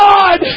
God